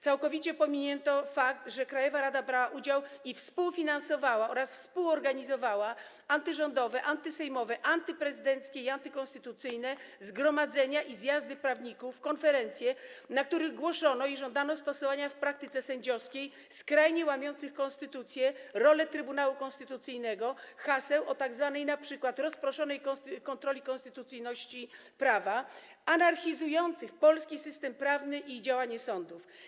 Całkowicie pominięto fakt, że krajowa rada brała udział - i współfinansowała je oraz współorganizowała - w antyrządowych, antysejmowych, antyprezydenckich i antykonstytucyjnych zgromadzeniach i zjazdach prawników, konferencjach, na których głoszono - i żądano ich stosowania w praktyce sędziowskiej - skrajnie łamiące konstytucję, rolę Trybunału Konstytucyjnego hasła, np. o tzw. rozproszonej kontroli konstytucyjności prawa, anarchizujące polski system prawny i działanie sądów.